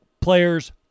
players